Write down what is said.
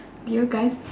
did you guys